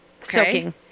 Soaking